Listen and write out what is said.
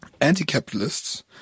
anti-capitalists